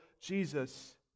Jesus